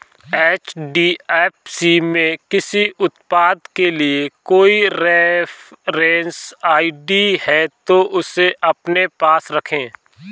HDFC में किसी उत्पाद के लिए कोई रेफरेंस आई.डी है, तो उसे अपने पास रखें